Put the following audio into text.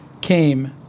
came